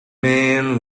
man